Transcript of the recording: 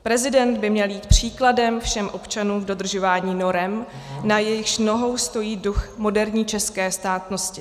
Prezident by měl jít příkladem všem občanům v dodržování norem, na jejichž nohou stojí duch moderní české státnosti.